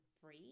free